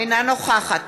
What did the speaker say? אינה נוכחת